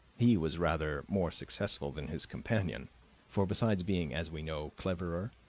he was rather more successful than his companion for besides being, as we know, cleverer,